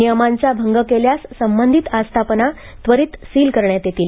नियमांचा भंग केल्यास संबंधित आस्थापना त्वरित सील करण्यात येतील